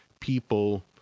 people